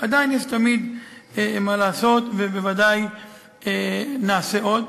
עדיין יש תמיד מה לעשות, ובוודאי נעשה עוד.